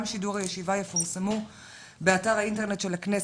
שידור הישיבה יפורסמו באתר האינטרנט של הכנסת.